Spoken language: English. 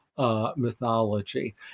Mythology